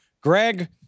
Greg